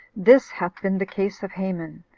this hath been the case of haman,